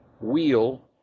wheel